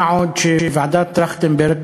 מה עוד שוועדת טרכטנברג,